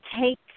take